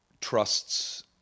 trusts